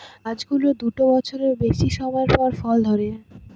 গাছ গুলোর দুটা বছরের বেশি সময় পরে ফল ধরে